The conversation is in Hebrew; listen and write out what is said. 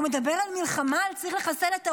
הוא מדבר על מלחמה, על זה שצריך לחסל את האויב.